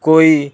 کوئی